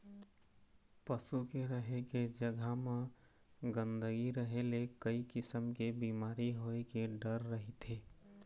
पशु के रहें के जघा म गंदगी रहे ले कइ किसम के बिमारी होए के डर रहिथे